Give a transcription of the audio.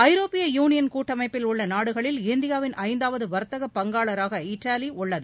ஐரோப்பிய யூளியன் கூட்டமைப்பில் உள்ள நாடுகளில் இந்தியாவின் ஐந்தாவது வர்த்தக பங்காளராக இத்தாலி உள்ளது